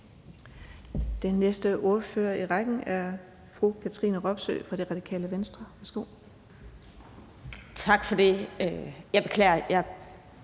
Den næste ordfører i rækken er fru Katrine Robsøe fra Radikale Venstre. Værsgo. Kl. 13:07 Katrine Robsøe